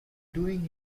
doing